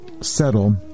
settle